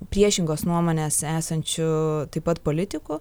priešingos nuomonės esančių taip pat politikų